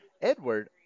Edward